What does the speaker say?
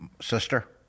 sister